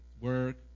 work